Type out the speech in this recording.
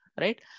right